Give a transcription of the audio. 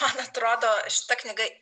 man atrodo šita knyga